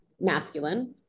masculine